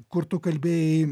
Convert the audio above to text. kur tu kalbėjai